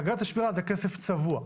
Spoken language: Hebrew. אגרת השמירה זה כסף צבוע,